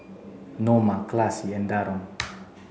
Noma Classie and Darron